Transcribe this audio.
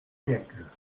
siècle